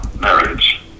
marriage